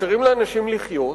מאפשרים לאנשים לחיות,